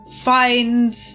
find